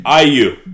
IU